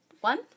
One